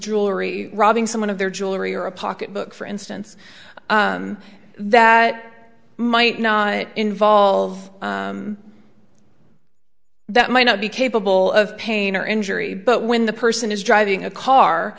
jewelry robbing someone of their jewelry or a pocket book for instance that might not involve that might not be capable of pain or injury but when the person is driving a